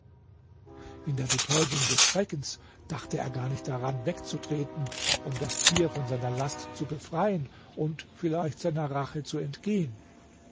in der betäubung des schreckens dachte er gar nicht daran wegzutreten um das tier von seiner last zu befreien und vielleicht seiner rache zu entgehen